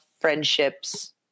friendships